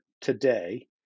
today